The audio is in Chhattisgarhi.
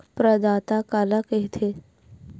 प्रदाता काला कइथे?